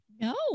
No